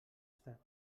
estat